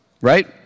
right